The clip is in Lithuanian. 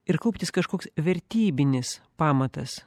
ir kauptis kažkoks vertybinis pamatas